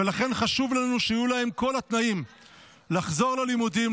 ולכן חשוב לנו שיהיו להם כל התנאים לחזור ללימודים,